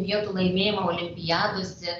vietų laimėjimą olimpiadose